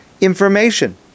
information